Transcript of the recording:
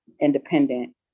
independent